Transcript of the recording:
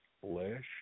flesh